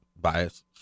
Bias